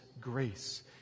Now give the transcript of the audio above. grace